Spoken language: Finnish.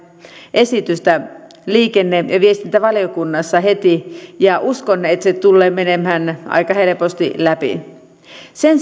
esitystä liikenne ja viestintävaliokunnassa heti ja uskon että se tulee menemään aika helposti läpi sen